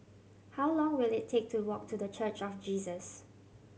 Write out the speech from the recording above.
how long will it take to walk to The Church of Jesus